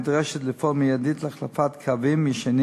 נדרשת לפעול מייד להחלפת קווים ישנים